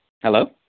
Hello